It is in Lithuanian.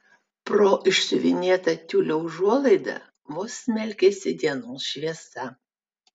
pro išsiuvinėtą tiulio užuolaidą vos smelkėsi dienos šviesa